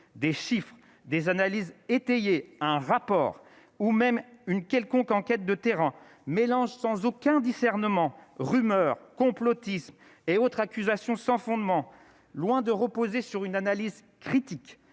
des chiffres, des analyses étayées un rapport ou même une quelconque enquête de terrain mélange sans aucun discernement, rumeurs complotisme et autres accusations sans fondement, loin de reposer sur une analyse critique